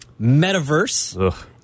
Metaverse